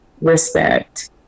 respect